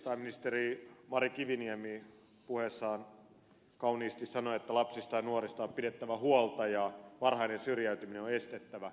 pääministeri mari kiviniemi puheessaan kauniisti sanoi että lapsista ja nuorista on pidettävä huolta ja varhainen syrjäytyminen on estettävä